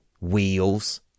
wheels